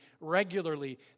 regularly